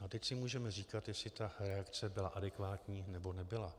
A teď si můžeme říkat, jestli ta reakce byla adekvátní, nebo nebyla.